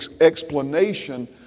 explanation